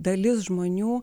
dalis žmonių